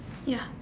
ya